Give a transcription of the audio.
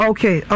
Okay